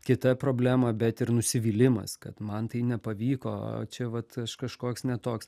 kita problema bet ir nusivylimas kad man tai nepavyko čia vat aš kažkoks ne toks